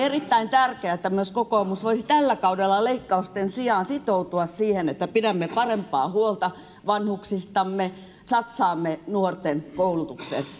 erittäin tärkeää että myös kokoomus voisi tällä kaudella leikkausten sijaan sitoutua siihen että pidämme parempaa huolta vanhuksistamme ja satsaamme nuorten koulutukseen